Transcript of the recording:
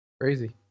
Crazy